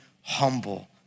humble